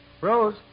Rose